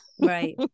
Right